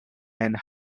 and